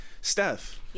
Steph